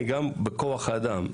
גם בכוח אדם,